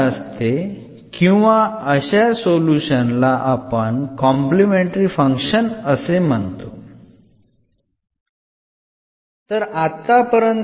അഥവാ അതിനെ complementary function ആണെന്ന് പറയാം